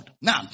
Now